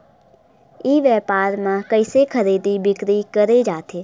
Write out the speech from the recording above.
ई व्यापार म कइसे खरीदी बिक्री करे जाथे?